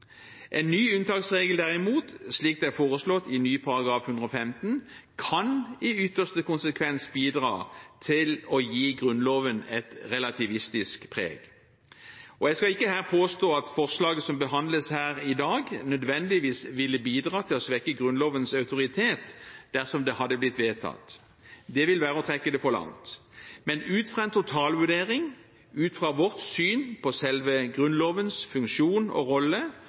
En ny unntaksregel, derimot, slik det er foreslått i ny § 115, kan i ytterste konsekvens bidra til å gi Grunnloven et relativistisk preg. Jeg skal ikke her påstå at forslaget som behandles her i dag, nødvendigvis ville bidra til å svekke Grunnlovens autoritet dersom det hadde blitt vedtatt. Det vil være å trekke det for langt. Men ut fra en totalvurdering, ut fra vårt syn på selve Grunnlovens funksjon og rolle,